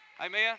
Amen